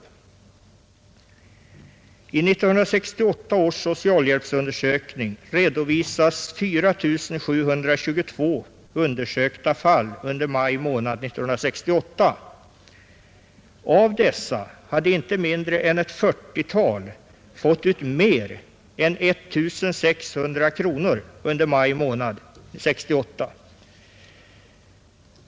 I 1968 års socialhjälpsundersökning redovisas 4 722 undersökta fall under maj månad 1968. Av dessa hade inte mindre än ett 40-tal fått ut mer än 1600 kronor under maj månad 1968.